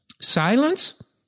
Silence